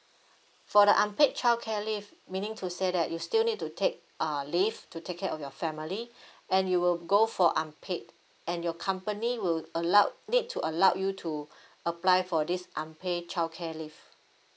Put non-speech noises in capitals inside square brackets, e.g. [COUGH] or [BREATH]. for the unpaid childcare leave meaning to say that you still need to take uh leave to take care of your family and you will go for unpaid and your company will allowed need to allowed you to [BREATH] apply for this unpay childcare leave